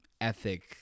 ethic